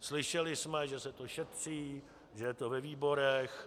Slyšeli jsme, že se to šetří, že je to ve výborech.